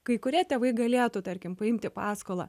kai kurie tėvai galėtų tarkim paimti paskolą